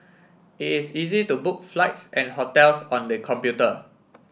it is easy to book flights and hotels on the computer